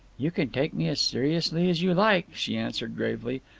you can take me as seriously as you like, she answered gravely.